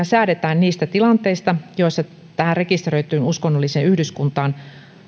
säädetään niistä tilanteista joissa tähän rekisteröityyn uskonnolliseen yhdyskuntaan